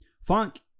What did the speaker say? Funk